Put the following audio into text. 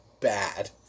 bad